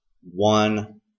one